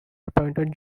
appointed